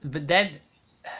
but then